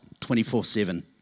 24-7